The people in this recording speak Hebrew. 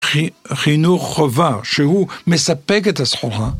חינוך חובה שהוא מספק את הסחורה